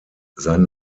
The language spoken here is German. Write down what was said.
sein